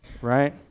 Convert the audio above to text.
right